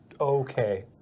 okay